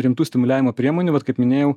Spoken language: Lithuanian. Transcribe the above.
rimtų stimuliavimo priemonių vat kaip minėjau